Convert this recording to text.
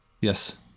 Yes